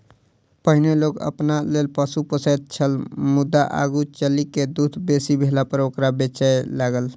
पहिनै लोक अपना लेल पशु पोसैत छल मुदा आगू चलि क दूध बेसी भेलापर ओकरा बेचय लागल